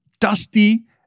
dusty